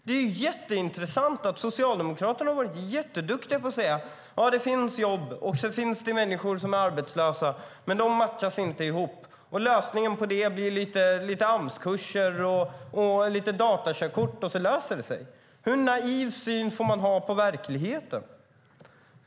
Det är jätteintressant. Socialdemokraterna har varit jätteduktiga på att säga att det finns jobb och att finns det människor som är arbetslösa, men de matchas inte ihop. Och lösningen på det ska vara några Amskurser och datakörkort. Hur naiv syn på verkligheten får man ha?